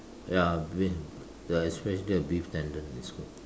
ya beef especially the beef tendon is good